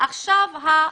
לגבי הבחירות.